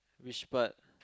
which part